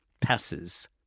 passes